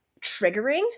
triggering